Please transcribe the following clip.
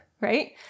right